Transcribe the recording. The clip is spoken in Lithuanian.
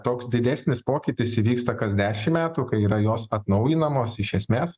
toks didesnis pokytis įvyksta kas dešimt metų kai yra jos atnaujinamos iš esmes